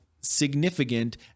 significant